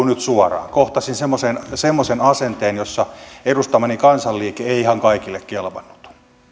nyt suoraan kohtasin semmoisen semmoisen asenteen jossa edustamani kansanliike ei ihan kaikille kelvannut